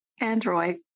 Android